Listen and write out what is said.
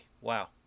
wow